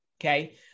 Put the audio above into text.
Okay